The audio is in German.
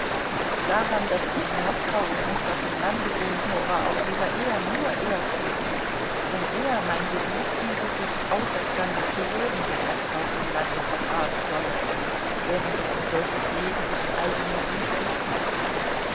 daran daß sie in moskau und nicht auf dem lande wohnte war auch wieder er nur er schuld denn er meinte sie fühlte sich außerstande zu leben wenn er sich auf dem lande vergraben solle während doch ein solches leben ihrem eigenen wunsche entspreche